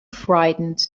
frightened